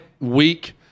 week